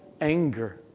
anger